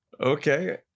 Okay